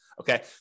Okay